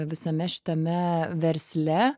visame šitame versle